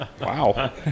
Wow